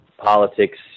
politics